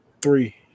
three